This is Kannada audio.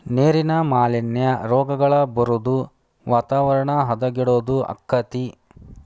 ನೇರಿನ ಮಾಲಿನ್ಯಾ, ರೋಗಗಳ ಬರುದು ವಾತಾವರಣ ಹದಗೆಡುದು ಅಕ್ಕತಿ